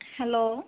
hello